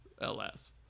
LS